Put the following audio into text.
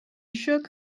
shook